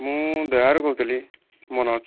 ମୁଁ ରୁ କହୁଥିଲି ମନୋଜ